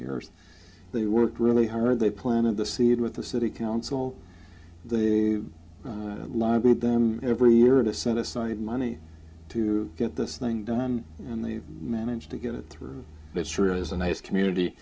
years they worked really hard they planted the seed with the city council they live with them every year to set aside money to get this thing done and they manage to get through it sure is a nice community